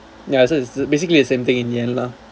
ya so it's basically the same thing in the end lah